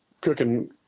cooking